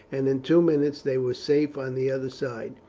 and in two minutes they were safe on the other side.